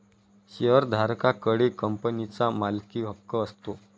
शेअरधारका कडे कंपनीचा मालकीहक्क असतो